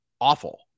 awful